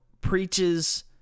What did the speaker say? preaches